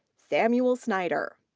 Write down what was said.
samuel snyder.